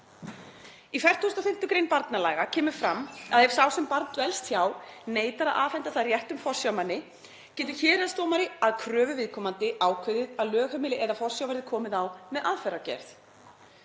Í 45. gr. barnalaga kemur fram að ef sá sem barn dvelst hjá neitar að afhenda það réttum forsjármanni geti héraðsdómari, að kröfu viðkomandi, ákveðið að lögheimili eða forsjá verði komið á með aðfarargerð.